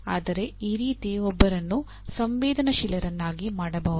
ಆದರೆ ಈ ರೀತಿ ಒಬ್ಬರನ್ನು ಸಂವೇದನಶೀಲರನ್ನಾಗಿ ಮಾಡಬಹುದು